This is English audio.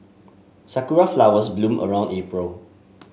sakura flowers bloom around April